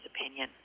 opinion